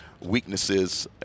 weaknesses